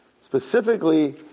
specifically